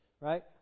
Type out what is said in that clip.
right